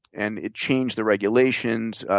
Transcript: and it changed the regulations.